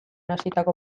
hasitako